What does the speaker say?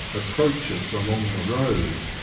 approaches along the road,